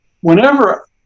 whenever